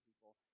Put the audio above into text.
people